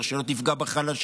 שלא תפגע בחלשים.